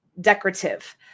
decorative